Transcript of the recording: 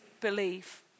believe